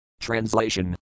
Translation